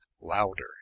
louder